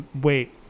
wait